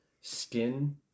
skin